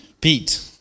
Pete